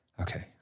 okay